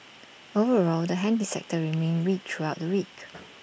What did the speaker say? overall the handy sector remained weak throughout the week